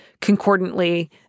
concordantly